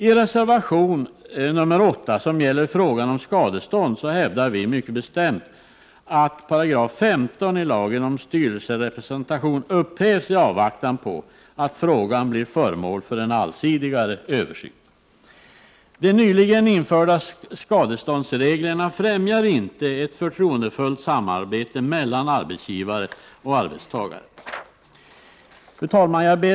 I reservation nr 8, som gäller frågan om skadestånd, hävdar vi mycket bestämt att 15 §ilagen om styrelserepresentation bör upphävas i avvaktan på att frågan blir föremål för en allsidigare översyn. De nyligen införda skadeståndsreglerna främjar inte ett förtroendefullt samarbete mellan arbetsgivare och arbetstagare. Fru talman!